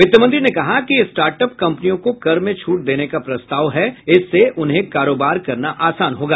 वित्तमंत्री ने कहा है कि स्टार्ट अप कम्पनियों को कर में छूट देने का प्रस्ताव है इससे उन्हें कारोबार करना आसान होगा